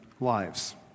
lives